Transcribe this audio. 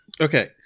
okay